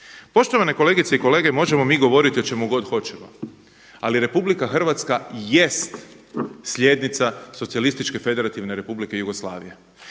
Poštovane kolegice i kolege, možemo mi govoriti o čemu god hoćemo, ali Republika Hrvatska jeste slijednica Socijalističke Federativne Republike Jugoslavije,